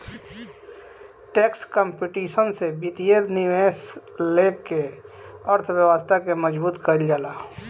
tax competition से वित्तीय निवेश लेके अर्थव्यवस्था के मजबूत कईल जाला